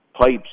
pipes